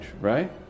right